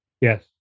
Yes